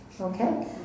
Okay